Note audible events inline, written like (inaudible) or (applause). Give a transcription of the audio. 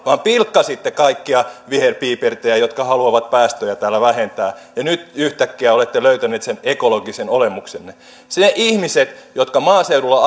vaan pilkkasitte kaikkia viherpiipertäjiä jotka haluavat päästöjä vähentää ja nyt yhtäkkiä olette löytäneet ekologisen olemuksenne ne ihmiset jotka maaseudulla (unintelligible)